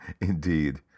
Indeed